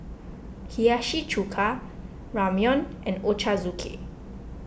Hiyashi Chuka Ramyeon and Ochazuke